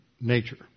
nature